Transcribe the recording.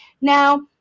Now